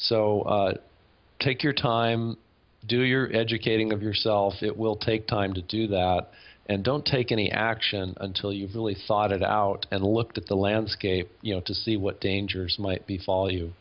so take your time do your educating of yourself it will take time to do that and don't take any action until you've really thought it out and looked at the landscape you know to see what dangers might be follow you